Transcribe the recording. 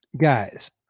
guys